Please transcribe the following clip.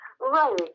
Right